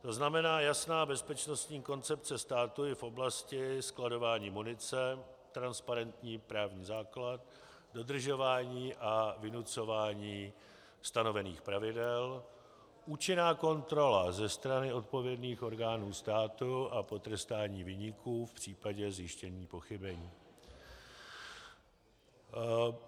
To znamená jasná bezpečnostní koncepce státu i v oblasti skladování munice, transparentní právní základ, dodržování a vynucování stanovených pravidel, účinná kontrola ze strany odpovědných orgánů států a potrestání viníků v případě zjištění pochybení.